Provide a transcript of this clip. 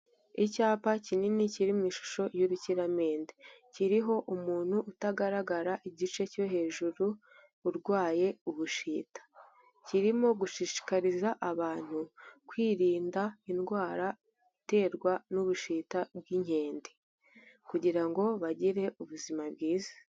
Icyapa kinini kiri mu ishusho y'urukiramende, kiriho umuntu utagaragara igice cyo hejuru urwaye ubushita. Kirimo gushishikariza abantu kwirinda indwara iterwa n'ubushita bw'inkende kugira ngo bagire ubuzima bwiza.